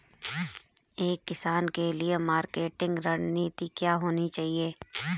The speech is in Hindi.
एक किसान के लिए मार्केटिंग रणनीति क्या होनी चाहिए?